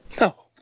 No